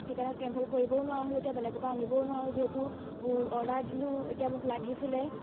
সেইকাৰণে কেনচেল কৰিবও নোৱাৰা হ'লোঁ এতিয়া বেলেগৰ পৰা আনিবও নোৱাৰোঁ যিহেতু অৰ্ডাৰ দিলোঁ এতিয়া মোক লাগিছিলে